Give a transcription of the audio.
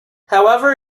however